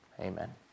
Amen